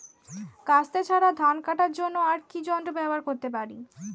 কাস্তে ছাড়া ধান কাটার জন্য আর কি যন্ত্র ব্যবহার করতে পারি?